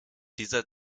dieser